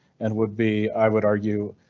and would be, i would argue,